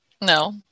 No